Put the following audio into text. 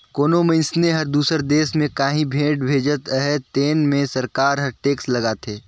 कोनो मइनसे हर दूसर देस में काहीं भेंट भेजत अहे तेन में सरकार हर टेक्स लगाथे